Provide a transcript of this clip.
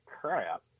crap